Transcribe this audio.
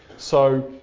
so,